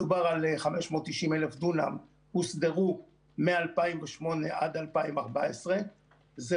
מדובר על 590,000 דונם הוסדרו מ-2008 עד 2014. זה